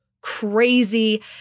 crazy